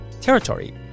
Territory